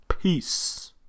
Peace